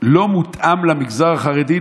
לא מותאם למגזר החרדי.